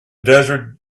desert